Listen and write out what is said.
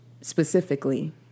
specifically